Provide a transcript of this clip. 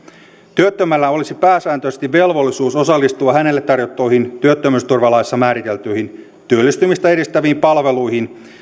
työttömällä olisi pääsääntöisesti velvollisuus osallistua hänelle tarjottuihin työttömyysturvalaissa määriteltyihin työllistymistä edistäviin palveluihin